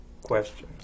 question